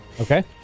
Okay